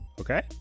Okay